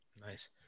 nice